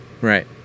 Right